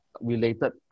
related